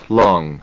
long